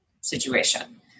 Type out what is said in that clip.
situation